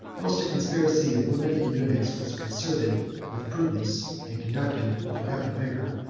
whilst a conspiracy of women and eunuchs was concerted with prudence, and conducted with rapid vigor,